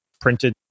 printed